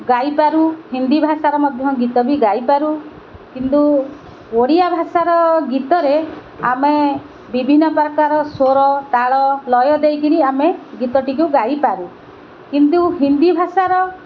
ଗାଇପାରୁ ହିନ୍ଦୀ ଭାଷାର ମଧ୍ୟ ଗୀତ ବି ଗାଇପାରୁ କିନ୍ତୁ ଓଡ଼ିଆ ଭାଷାର ଗୀତରେ ଆମେ ବିଭିନ୍ନ ପ୍ରକାର ସ୍ୱର ତାଳ ଲୟ ଦେଇକରି ଆମେ ଗୀତଟିକୁ ଗାଇପାରୁ କିନ୍ତୁ ହିନ୍ଦୀ ଭାଷାର